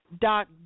Doc